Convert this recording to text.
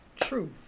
truth